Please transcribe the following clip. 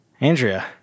andrea